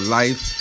life